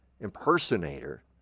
impersonator